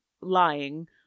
lying